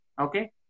Okay